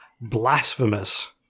blasphemous